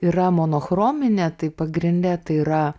yra monochrominė tai pagrinde tai yra